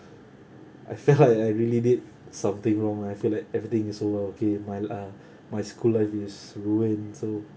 I felt like I really did something wrong I feel like everything is over okay my uh my school life is ruined so